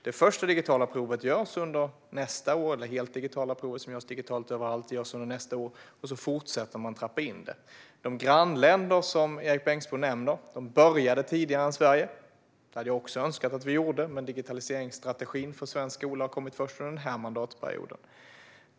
Det första helt digitala provet görs under nästa år, och sedan fortsätter vi att trappa in det. De grannländer som Erik Bengtzboe nämner började tidigare än Sverige. Jag önskar att vi också hade börjat tidigare, men digitaliseringsstrategin för svensk skola kom först under denna mandatperiod.